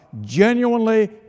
genuinely